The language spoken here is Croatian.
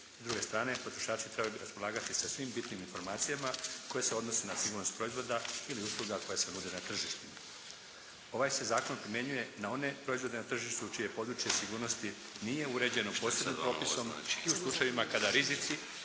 S druge strane potrošači trebaju raspolagati sa svim bitnim informacijama koje se odnose na sigurnost proizvoda ili usluga koje se nude na tržištima. Ovaj se Zakon primjenjuje na one proizvode na tržištu čije je područje sigurnosti nije uređeno posebnim propisom i u slučajevima kada rizici,